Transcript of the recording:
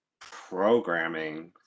programming